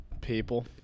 people